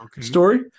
story